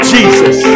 Jesus